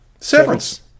Severance